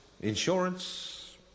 insurance